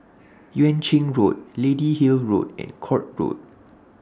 Yuan Ching Road Lady Hill Road and Court Road